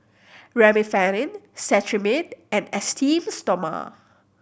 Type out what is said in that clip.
Remifemin Cetrimide and Esteem Stoma